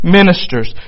ministers